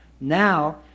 Now